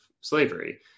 slavery